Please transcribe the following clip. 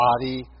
body